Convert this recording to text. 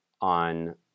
on